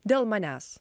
dėl manęs